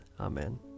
Amen